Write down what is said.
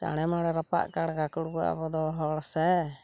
ᱪᱟᱬᱮ ᱢᱟᱲᱮ ᱨᱟᱯᱟᱜ ᱠᱟᱲᱜᱟ ᱠᱩᱲᱜᱩ ᱟᱵᱚ ᱫᱚ ᱦᱚᱲ ᱥᱮ